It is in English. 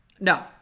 No